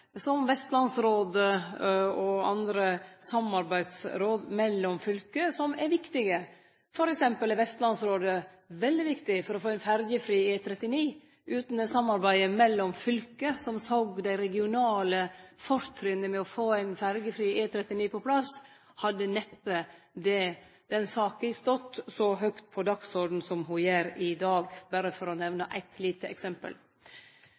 som Vestlandsrådet og andre samarbeidsråd mellom fylke som er viktige. For eksempel er Vestlandsrådet veldig viktig for å få til ein ferjefri E39. Utan det samarbeidet mellom fylke som såg dei regionale fortrinna med å få ein ferjefri E39 på plass, hadde neppe den saka stått så høgt på dagsordenen som ho gjer i dag – berre for å nemne eit lite eksempel.